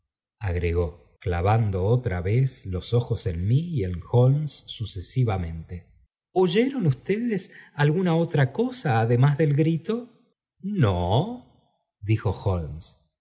agregó clavando otra vez los ojos en mí y en holmes sucesivamente yeri ustedes alguna otra cosa además del gri no dijo